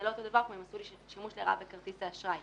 זה לא אותו דבר כמו שעשו לי שימוש לרעה בכרטיס האשראי.